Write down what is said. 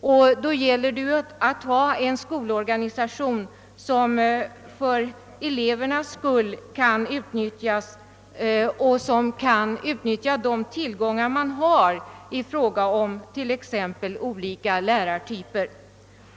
Därför gäller det att ha en skolorganisation som för elevernas del kan utnyttja de tillgångar man har i form av t.ex. olika slag av lärare.